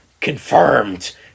Confirmed